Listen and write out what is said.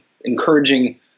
encouraging